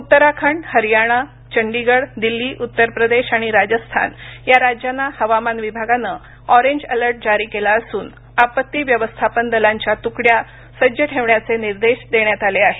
उत्तराखंड हरियाणा चंडीगढ़ दिल्ली उत्तर प्रदेश आणि राजस्थान या राज्यांना हवामान विभागानं ऑरेंज अलर्ट जारी केला असून आपत्ती व्यवस्थापन दलांच्या तुकड्या सज्ज ठेवण्याचे निर्देश दिले आहेत